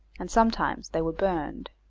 and sometimes they were burned.